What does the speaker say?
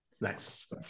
Nice